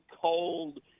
cold